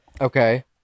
Okay